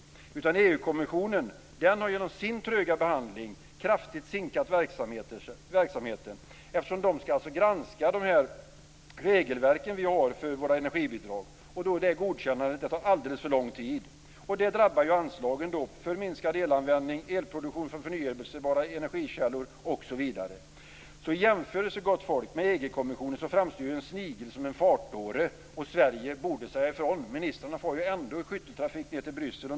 EU kommissionen har med sin tröga behandling kraftigt sinkat verksamheten, eftersom den skall granska de regelverk vi har för våra energibidrag. Det godkännandet tar alldeles för lång tid. Det drabbar anslagen för minskad elanvändning, elproduktion med förnybara energikällor osv. I jämförelse med EU kommissionen framstår en snigel som en fartdåre. Sverige borde säga ifrån. Ministrarna far ändå i skytteltrafik ned till Bryssel.